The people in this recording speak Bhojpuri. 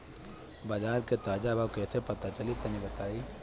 बाजार के ताजा भाव कैसे पता चली तनी बताई?